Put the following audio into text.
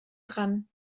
dran